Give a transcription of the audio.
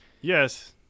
yes